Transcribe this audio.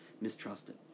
mistrusted